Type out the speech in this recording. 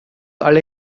alle